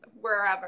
wherever